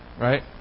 right